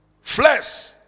Flesh